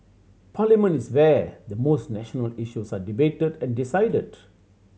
parliament is where the most national issues are debated and decided